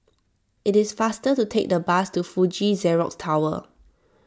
it is faster to take the bus to Fuji Xerox Tower